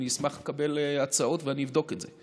אני אשמח לקבל הצעות ואני אבדוק את זה,